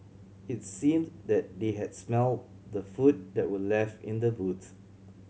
it seemed that they had smelt the food that were left in the boots